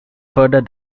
further